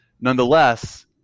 Nonetheless